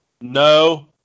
No